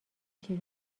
چطور